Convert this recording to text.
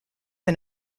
and